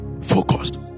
focused